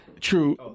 True